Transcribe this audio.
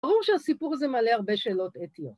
‫ברור שהסיפור הזה מעלה ‫הרבה שאלות אתיות.